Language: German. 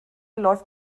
läuft